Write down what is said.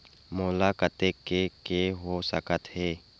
मोला कतेक के के हो सकत हे?